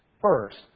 first